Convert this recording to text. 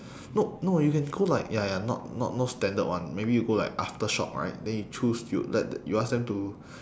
no no you can go like ya ya not not not standard one maybe you go like aftershock right then you choose you let the you ask them to